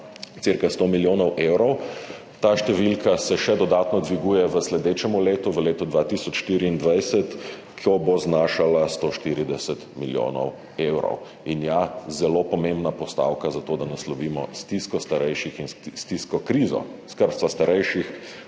cirka 100 milijonov evrov. Ta številka se še dodatno dviguje v sledečem letu, v letu 2024, ko bo znašala 140 milijonov evrov. In ja, zelo pomembna postavka za to, da naslovimo stisko starejših in krizo skrbstva starejših